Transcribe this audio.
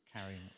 carrying